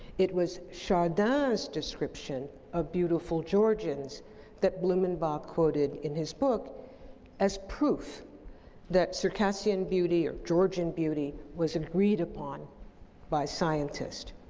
it was chardin's description of beautiful georgians that blumenbach quoted in his book as proof that circassian beauty or georgian beauty was agreed upon by scientists.